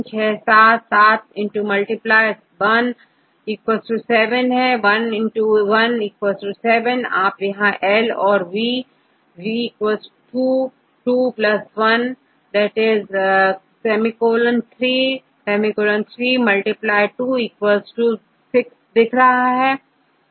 Student 1 छात्रM 3 बार 1 2 3 और V 1 बार Student 13 तोACGMYको देखें तो यह3 6 7 7 17 तो1 1 7 आपL औरV 2 है तो२1 3 ३2 6 यह कितना होगा